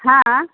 हँ